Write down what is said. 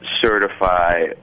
certify